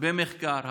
הרבה מחקר,